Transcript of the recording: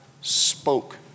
spoke